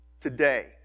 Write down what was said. Today